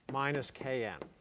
minus k n,